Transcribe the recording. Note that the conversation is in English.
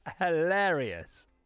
hilarious